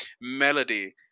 melody